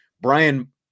Brian